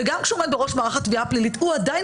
וגם כשהוא עומד בראש מערך התביעה הפלילית הוא עדיין